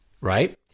right